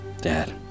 Dad